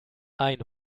ein